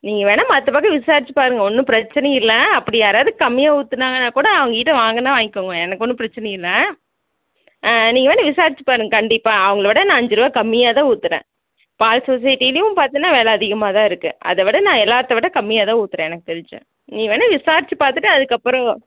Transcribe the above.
நீங்கள் வேணா மற்ற பக்கம் விசாரிச்சு பாருங்கள் ஒன்றும் பிரச்சனை இல்லை அப்படி யாரவது கம்மியாக ஊதுனாங்கன்னா கூட அவங்ககிட்ட வாங்குறதுன்னா வாங்கிக்கோங்க எனக்கு ஒன்றும் பிரச்சனை இல்லை நீங்கள் வேணும்ன்னா விசாரிச்சு பாருங்கள் கண்டிப்பாக அவங்களை விட நான் அஞ்சு ரூவா கம்மியாக தான் ஊற்றுறேன் பால் சொசைட்டிலையும் பார்த்தன்னா வில அதிகமாக தான் இருக்கு அதை விட நான் எல்லாத்தை விட கம்மியாக தான் ஊத்துறேன் எனக்கு தெரிஞ்சு நீ வேணும்ன்னா விசாரிச்சு பார்த்துட்டு அதுக்கு அப்புறம்